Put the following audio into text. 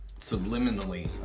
subliminally